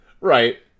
Right